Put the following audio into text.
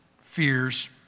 fears